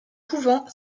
couvent